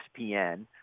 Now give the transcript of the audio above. ESPN